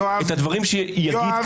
יואב -- את הדברים שיגיד,